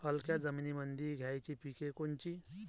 हलक्या जमीनीमंदी घ्यायची पिके कोनची?